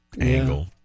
angle